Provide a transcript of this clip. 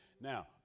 Now